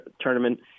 tournament